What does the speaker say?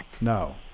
No